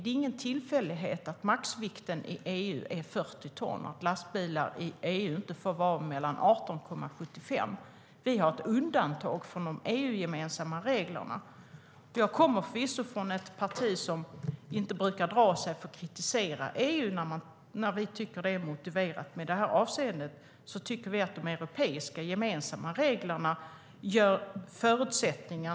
Det är ingen tillfällighet att maxvikten i EU är 40 ton och att lastbilar i EU inte får vara längre än 18,75 meter. Vi har ett undantag från de EU-gemensamma reglerna. Jag kommer förvisso från ett parti som inte brukar dra sig för att kritisera EU när vi tycker att det är motiverat. Men i det här avseendet tycker vi att de europeiska gemensamma reglerna ger bättre förutsättningar.